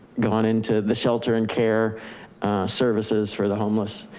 gone into the shelter and care services for the homeless.